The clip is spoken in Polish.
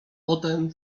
potem